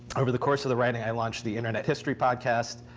over the course of the writing, i launched the internet history podcast,